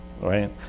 right